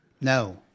No